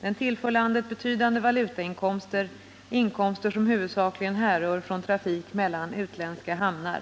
Den tillför landet betydande valutainkomster, inkomster som huvudsakligen härrör från trafik mellan utländska hamnar.